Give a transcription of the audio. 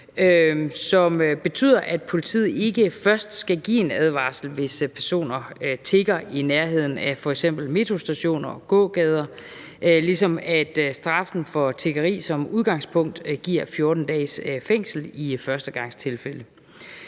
som betyder, at politiet ikke først skal give en advarsel, hvis personer tigger i nærheden af f.eks. metrostationer og gågader, og at straffen for tiggeri som udgangspunkt giver 14 dages fængsel i førstegangstilfælde.